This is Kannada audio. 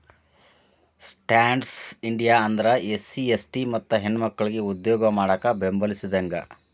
ಸ್ಟ್ಯಾಂಡ್ಪ್ ಇಂಡಿಯಾ ಅಂದ್ರ ಎಸ್ಸಿ.ಎಸ್ಟಿ ಮತ್ತ ಹೆಣ್ಮಕ್ಕಳಿಗೆ ಉದ್ಯೋಗ ಮಾಡಾಕ ಬೆಂಬಲಿಸಿದಂಗ